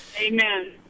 Amen